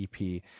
EP